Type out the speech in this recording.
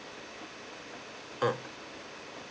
mm